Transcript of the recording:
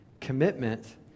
Commitment